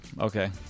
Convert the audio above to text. okay